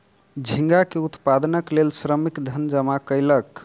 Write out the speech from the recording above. झींगा के उत्पादनक लेल श्रमिक धन जमा कयलक